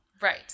Right